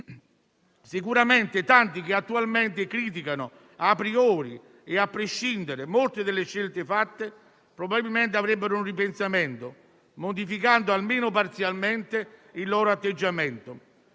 sicuramente tanti di coloro che attualmente criticano *a priori* e a prescindere molte delle scelte fatte, probabilmente avrebbero un ripensamento, modificando almeno parzialmente il loro atteggiamento,